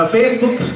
Facebook